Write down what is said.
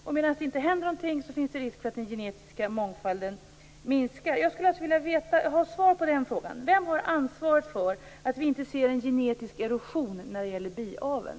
Och när det inte händer något finns det risk för att den genetiska mångfalden minskar. Jag skulle alltså vilja ha svar på frågan: Vem har ansvar för att vi inte får en genetisk erosion när det gäller biavel?